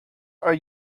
are